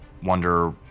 wonder